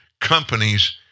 Companies